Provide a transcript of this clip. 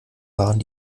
waren